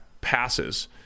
passes